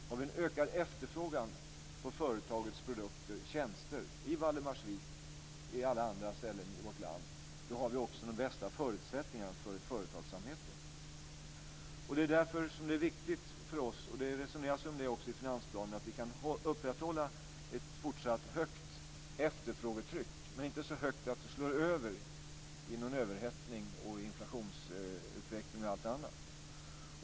Om vi ökar efterfrågan på företagets produkter och tjänster i Valdemarsvik och på alla andra ställen i vårt land har vi också de bästa förutsättningarna för företagsamheten. Det är därför som det är viktigt för oss - och det resoneras också om det i finansplanen - att vi kan upprätthålla ett fortsatt efterfrågetryck, men inte så högt att det slår över i någon överhettning, inflationsutveckling och allt annat.